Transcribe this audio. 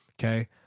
okay